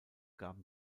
gaben